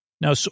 Now